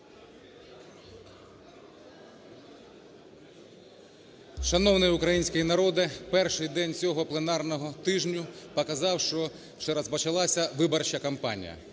Шановний український народе! Перший день цього пленарного тижня показав, що розпочалася виборча кампанія.